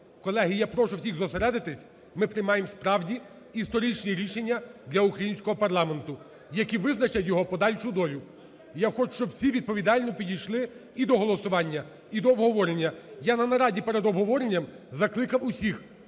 Колеги, я прошу всіх зосередитись, ми приймаємо справді історичні рішення для українського парламенту, які визначать його подальшу долю. Я хочу, щоб всі відповідально підійшли і до голосування, і до обговорення. Я на нараді перед обговоренням закликав усіх